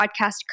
podcast